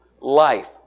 life